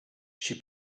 she